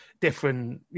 different